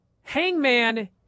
hangman